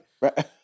right